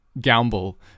gamble